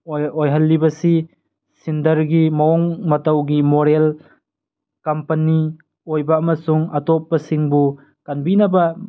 ꯑꯣꯏꯍꯜꯂꯤꯕꯁꯤ ꯁꯤꯟꯗꯔꯒꯤ ꯃꯑꯣꯡ ꯃꯇꯧꯒꯤ ꯃꯣꯔꯦꯜ ꯀꯝꯄꯅꯤ ꯑꯣꯏꯕ ꯑꯃꯁꯨꯡ ꯑꯇꯣꯞꯄꯁꯤꯡꯕꯨ ꯀꯟꯕꯤꯅꯕ